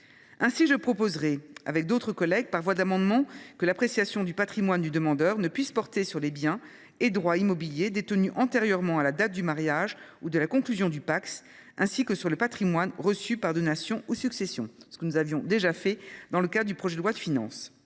Ainsi, je proposerai avec d’autres collègues par voie d’amendement que l’appréciation du patrimoine du demandeur ne puisse pas porter sur les biens et droits immobiliers détenus antérieurement à la date du mariage ou de la conclusion du Pacs, ainsi que sur le patrimoine reçu par donation ou succession. Nous l’avions déjà prôné lors de l’examen du projet de loi de finances.